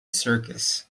circus